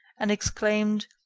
and exclaimed,